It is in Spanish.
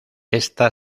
ésta